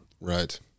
Right